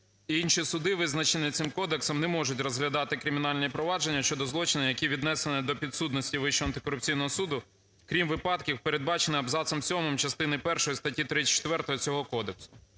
Інші суди, визначені цим кодексом, не можуть розглядати кримінальні провадження щодо злочинів, які віднесено до підсудності Вищого антикорупційного суду (крім випадків, передбачених абзацом сьомим частини першої статті 34 цього кодексу)".